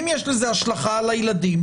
אם יש לזה השלכה על הילדים,